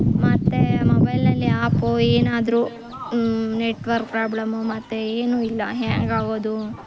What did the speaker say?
ಮತ್ತು ಮೊಬೈಲಲ್ಲಿ ಆ್ಯಪು ಏನಾದರು ನೆಟ್ವರ್ಕ್ ಪ್ರಾಬ್ಲಮ್ಮು ಮತ್ತೆ ಏನೂ ಇಲ್ಲ ಹ್ಯಾಂಗಾಗೋದು